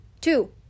Two